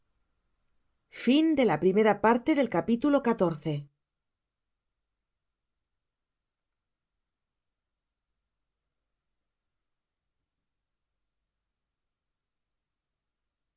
la primera parte la